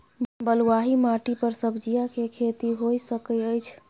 बलुआही माटी पर सब्जियां के खेती होय सकै अछि?